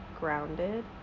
grounded